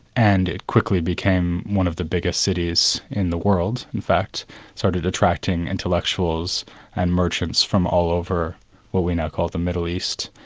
and it quickly became one of the bigger cities in the world. in fact, it started attracting intellectuals and merchants from all over what we now call the middle east,